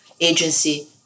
agency